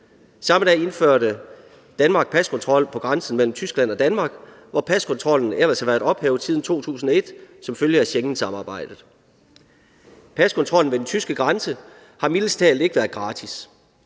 Samme dag indførte Danmark paskontrol på grænsen mellem Tyskland og Danmark, hvor paskontrollen ellers havde været ophævet siden 2001 som følge af Schengensamarbejdet. Paskontrollen ved den tyske grænse har mildest talt ikke været gratis.